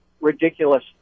ridiculous